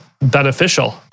beneficial